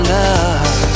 love